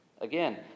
Again